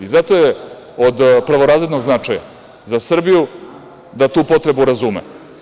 Zato je od prvorazrednog značaja za Srbiju da tu potrebu razume.